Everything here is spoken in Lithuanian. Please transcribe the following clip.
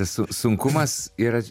su sunkumas yra